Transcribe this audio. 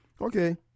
okay